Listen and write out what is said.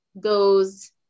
goes